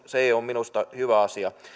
se ei ole minusta hyvä asia